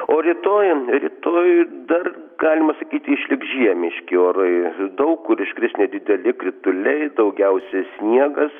o rytoj rytoj dar galima sakyti išliks žiemiški orai daug kur iškris nedideli krituliai daugiausiai sniegas